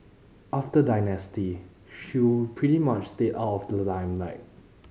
after Dynasty she pretty much stayed out of the limelight